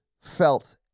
felt